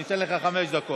אני אתן לך חמש דקות.